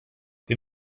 wir